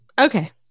Okay